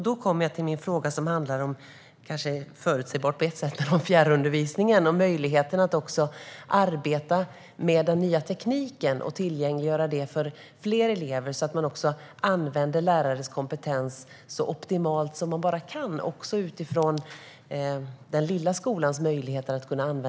Då kommer jag till min kanske på ett sätt förutsägbara fråga som handlar om fjärrundervisning och möjlighet att tillgängliggöra den nya tekniken för fler elever så att man också använder lärares kompetens så optimalt man bara kan utifrån den lilla skolans möjligheter.